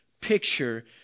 picture